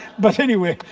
but, anyway,